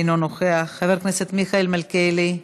אינו נוכח, חבר הכנסת מיכאל מלכיאלי,